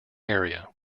area